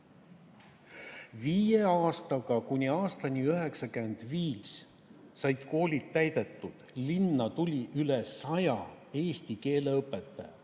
Viie aastaga, kuni aastani 1995 said koolid täidetud. Linna tuli üle 100 eesti keele õpetaja.